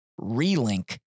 Relink